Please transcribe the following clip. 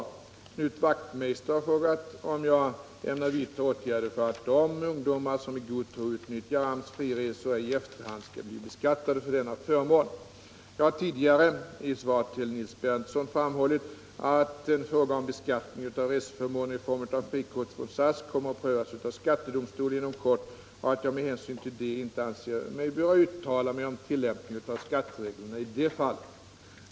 Knut Wachtmeister har frågat om jag ämnar vidta åtgärder för att de ungdomar som i god tro utnyttjar AMS friresor ej i efterhand skall bli beskattade för denna förmån. Jag har tidigare i ett svar till Nils Berndtson framhållit att en fråga om beskattning av reseförmåner i form av frikort från SAS kommer att prövas av skattedomstol inom kort och att jag med hänsyn till detta inte anser mig böra uttala mig om tillämpningen av skattereglerna i detta fall.